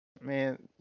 Man